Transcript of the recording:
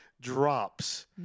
drops